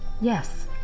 Yes